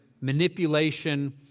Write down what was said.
manipulation